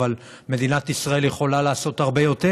אבל מדינת ישראל יכולה לעשות הרבה יותר